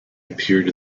appeared